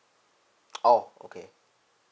oh okay